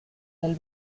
del